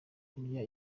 kurya